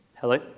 Hello